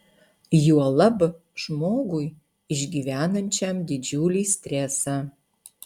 juolab žmogui išgyvenančiam didžiulį stresą